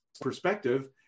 perspective